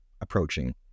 approaching